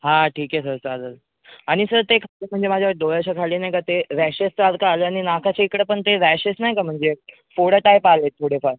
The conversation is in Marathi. हा ठीक आहे सर चालेल आणि सर ते डोळ्याच्या खाली नाही का ते रॅशेस सारखं आलं आहे आणि नाकाच्या इकडं ते रॅशेस नाही का म्हणजे फोड टाईप आले आहेत थोडेफार